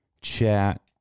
chat